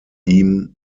ihm